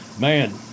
man